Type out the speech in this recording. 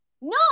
No